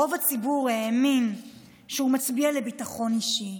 רוב הציבור האמין שהוא מצביע לביטחון אישי,